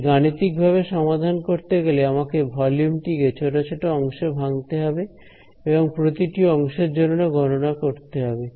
তাই গাণিতিকভাবে সমাধান করতে গেলে আমাকে ভলিউম টিকে ছোট ছোট অংশে ভাঙতে হবে এবং প্রতিটি অংশের জন্য গণনা করতে হবে